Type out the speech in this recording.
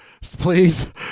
Please